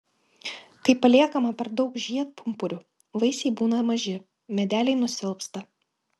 kai paliekama per daug žiedpumpurių vaisiai būna maži medeliai nusilpsta